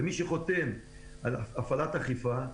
ומי שחותם על הפעלת אכיפה,